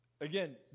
again